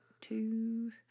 two